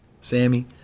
Sammy